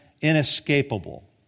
inescapable